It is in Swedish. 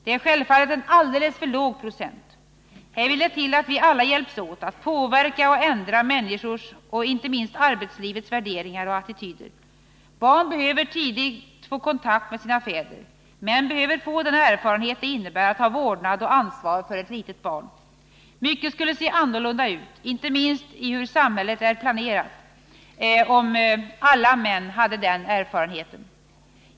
Det är självfallet en alldeles för låg procent. Här vill det till att alla hjälps åt att påverka och ändra människors, och inte minst arbetslivets, värderingar och attityder. Barn behöver tidigt få kontakt med sina fäder. Män behöver få den erfarenhet det innebär att ha vårdnad om och ansvar för ett litet barn. Mycket skulle se annorlunda ut, inte minst i fråga om hur samhället är planerat, om alla män hade den erfarenheten.